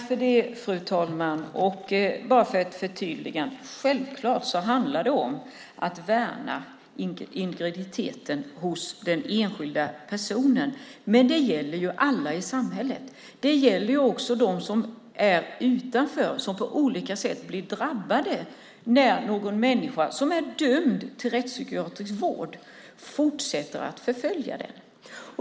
Fru talman! Bara för att förtydliga vill jag säga att det självklart handlar om att värna integriteten hos den enskilda personen, men det gäller ju alla i samhället. Det gäller ju också dem som är utanför, som på olika sätt blir drabbade när någon människa, som är dömd till rättspsykiatrisk vård, fortsätter att förfölja dem.